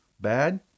bad